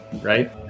right